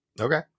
Okay